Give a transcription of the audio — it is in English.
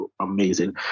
amazing